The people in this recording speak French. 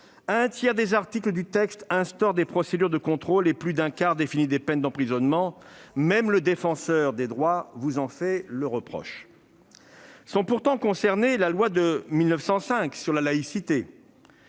Un tiers des articles du texte instaurent des procédures de contrôle et plus d'un quart des articles définissent des peines d'emprisonnement ; même le Défenseur des droits vous en fait le reproche ! Sont pourtant concernées la loi du 9 décembre